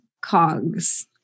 cogs